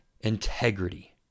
integrity